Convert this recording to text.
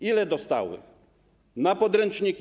Ile dostały na podręczniki?